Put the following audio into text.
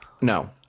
No